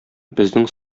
безнең